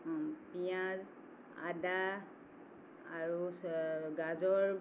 পিঁয়াজ আদা আৰু গাজৰ